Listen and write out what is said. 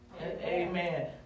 Amen